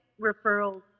referrals